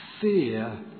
fear